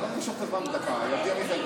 אולי דקה, יגיע מיכאל ביטון.